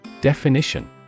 Definition